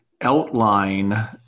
outline